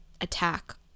attack